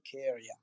area